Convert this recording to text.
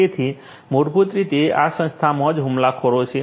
તેથી મૂળભૂત રીતે આ સંસ્થામાં જ હુમલાખોરો છે